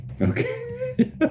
Okay